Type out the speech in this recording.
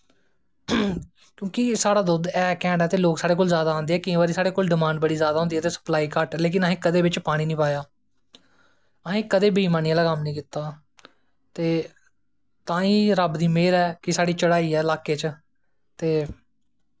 क्योंकि साढ़े दुध्द ऐ कैंड़ ऐ ते लोग साढ़े कोल जादा आंदे ऐं ते साढ़े कोल डमांड़ बड़ी जादा होंदी ऐ ते लेकिन अैं कदैं बिच्च पानी नी पाया असैं कदैं बेईमानी आह्ला कम्म नी कीता ते तांइयैं रब्ब दी मेह्र ऐ ते साढ़ी चढ़ाई ऐ लाह्के च